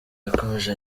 yakomeje